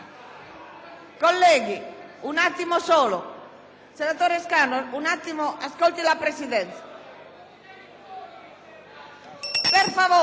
per favore!